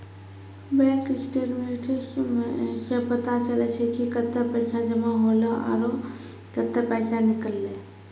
bank statements सें पता चलै छै कि कतै पैसा जमा हौले आरो कतै पैसा निकललै